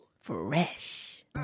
Fresh